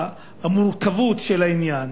המורכבות של העניין